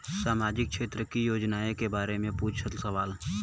सामाजिक क्षेत्र की योजनाए के बारे में पूछ सवाल?